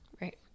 Right